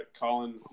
Colin